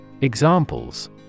Examples